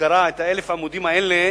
שקרא את 1,000 העמודים האלה,